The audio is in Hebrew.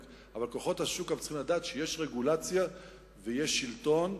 אבל כוחות השוק גם צריכים לדעת שיש רגולציה ויש שלטון,